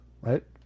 right